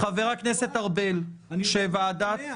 חבר הכנסת ארבל --- אני תמה.